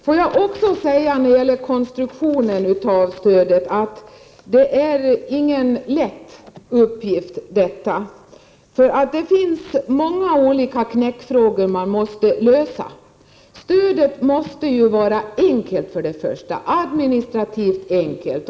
Får jag när det gäller stödets konstruktion säga att det inte är någon lätt uppgift att utforma den. Många olika knäckfrågor måste lösas. Stödet måste för det första vara administrativt enkelt.